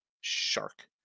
shark